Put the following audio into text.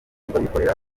rw’abikorera